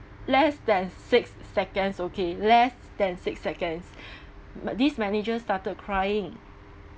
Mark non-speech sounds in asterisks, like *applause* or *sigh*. less than six seconds okay less than six seconds *breath* but this manager started crying